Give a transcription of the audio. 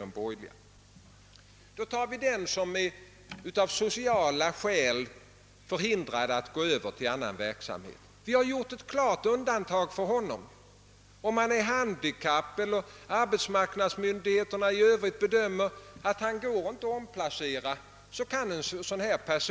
Nå, hur är det då med den som av sociala skäl är förhindrad att gå över till annan verksamhet? Jo, vi har gjort ett klart undantag för honom. Om han är handikappad, eller om arbetsmarknadsmyndigheterna bedömer det som omöjligt att omplacera honom, så kan vederbörande